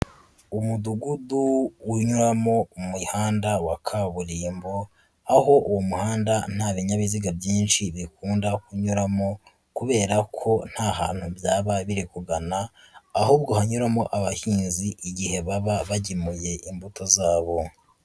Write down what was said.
Umudugudu unyuramo umuhanda wa kaburimbo, aho uwo muhanda nta binyabiziga byinshi bikunda kunyuramo kubera ko nta hantu byaba biri kugana, ahubwo hanyuramo abahinzi igihe baba bagemuye imbuto zabo.